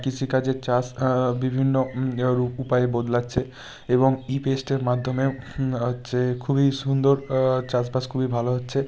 কৃষিকাজের চাষ বিভিন্ন ওর উপায় বদলাচ্ছে এবং ইপেস্টের মাধ্যমেও হচ্ছে খুবই সুন্দর চাষবাস খুবই ভালো হচ্ছে